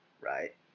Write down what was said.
right